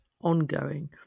ongoing